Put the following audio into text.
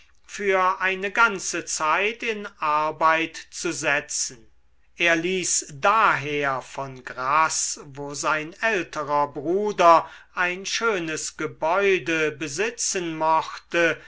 für eine ganze zeit in arbeit zu setzen er ließ daher von grasse wo sein älterer bruder ein schönes gebäude besitzen mochte